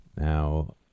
Now